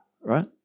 right